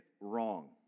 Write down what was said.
wrong